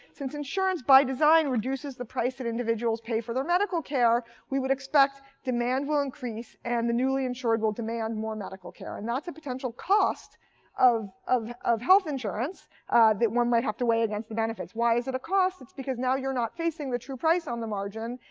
since insurance, by design, reduces the price that individuals pay for their medical care, we would expect demand will increase, and the newly insured will demand more medical care. and that's a potential cost of of health insurance that one might have to weigh against the benefits. why is it a cost? it's because now you're not facing the true price on the margin,